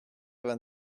vingt